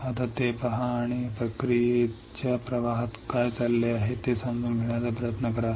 आता ते पहा आणि या प्रक्रियेच्या प्रवाहात काय चालले आहे ते समजून घेण्याचा प्रयत्न करा